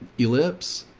ellipse.